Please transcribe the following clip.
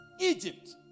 Egypt